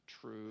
true